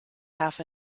half